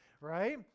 right